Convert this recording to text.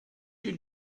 you